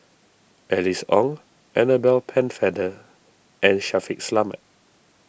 Alice Ong Annabel Pennefather and Shaffiq Selamat